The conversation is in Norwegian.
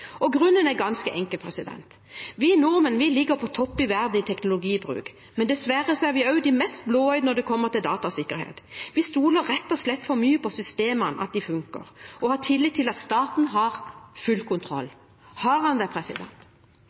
kunnskap. Grunnen er ganske enkel: Vi nordmenn ligger på topp i verden i teknologibruk, men dessverre er vi også de mest blåøyde når det kommer til datasikkerhet. Vi stoler rett og slett for mye på at systemene funker, og har tillit til at staten har full kontroll. Har den det?